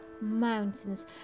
mountains